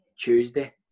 Tuesday